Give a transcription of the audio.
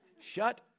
Shut